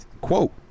quote